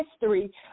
history